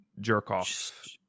jerk-off